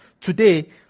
Today